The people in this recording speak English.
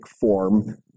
form